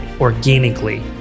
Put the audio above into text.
organically